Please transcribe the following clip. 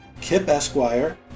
kipesquire